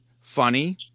funny